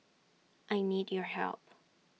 I need your help